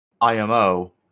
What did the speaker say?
IMO